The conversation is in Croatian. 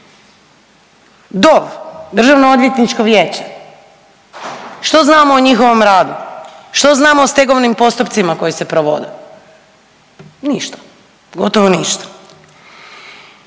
DOV, Državno odvjetničko vijeće, što znamo o njihovom radu, što znamo o stegovnim postupcima koji se provode? Ništa, gotovo ništa.